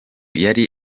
yari